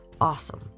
Awesome